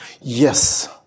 Yes